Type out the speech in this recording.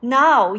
now